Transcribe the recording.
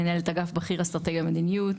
מנהלת אגף בכיר לאסטרטגיה ומדיניות,